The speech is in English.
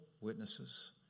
witnesses